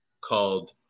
called